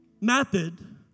method